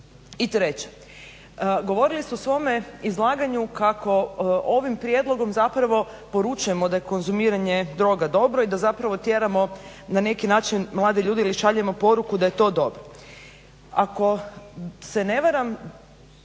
I treće, govorili ste u svome izlaganju kako ovim prijedlogom zapravo poručujemo da je konzumiranje droga dobro i da zapravo tjeramo na neki način mlade ljude ili šaljemo poruku da je to dobro.